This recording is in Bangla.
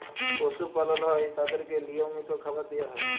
পশু পালল হ্যয় তাদেরকে লিয়মিত খাবার দিয়া হ্যয়